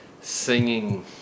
singing